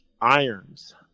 Irons